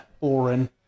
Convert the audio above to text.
boring